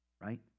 right